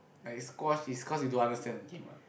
like squash is cause you don't understand the game what